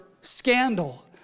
scandal